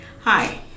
Hi